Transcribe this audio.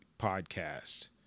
podcast